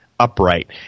Upright